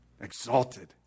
Exalted